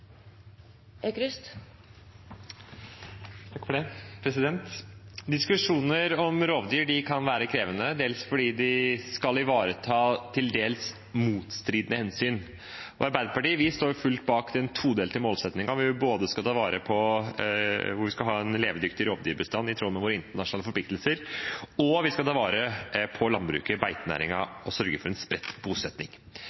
om rovdyr kan være krevende, fordi de skal ivareta til dels motstridende hensyn. Arbeiderpartiet står fullt bak den todelte målsettingen om at vi skal ha både en levedyktig rovviltbestand, i tråd med våre internasjonale forpliktelser, og at vi skal ta vare på landbruket